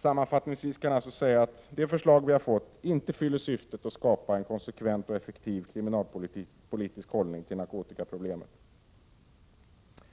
Sammanfattningsvis kan alltså sägas att det lagförslag vi har fått inte fyller syftet att skapa en konsekvent och effektiv kriminalpolitisk hållning till narkotikaproblemet. E